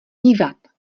dívat